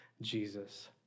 Jesus